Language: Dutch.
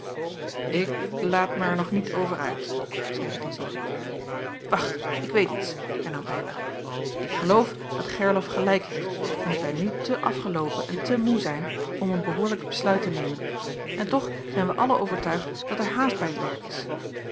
ik laat er mij nog niet over uit zeide van zirik wacht ik weet iets hernam eylar ik geloof dat gerlof gelijk heeft en dat wij nu te afgeloopen en te moê zijn om een behoorlijk besluit te nemen en toch zijn wij allen overtuigd dat er haast bij t werk is